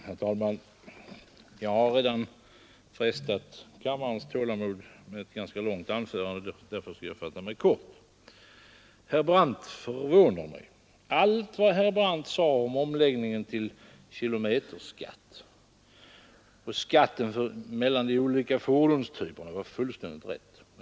Herr talman! Jag har redan frestat kammarens tålamod med ett ganska långt anförande, och därför skall jag fatta mig kort. Herr Brandt förvånar mig. Allt vad herr Brandt sade om omläggningen till kilometerskatt och skatt för de olika fordonstyperna var fullständigt rätt.